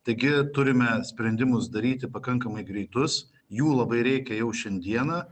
taigi turime sprendimus daryti pakankamai greitus jų labai reikia jau šiandiena